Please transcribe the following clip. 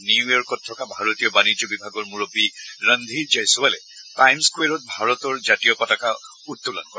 নিউইৰ্য়কত থকা ভাৰতীয় বাণিজ্য বিভাগৰ মুৰববী ৰণধীৰ জয়ছোৱালে টাইম স্কোৱেৰত ভাৰতৰ জাতীয় পতাকা উত্তোলন কৰে